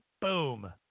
boom